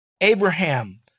Abraham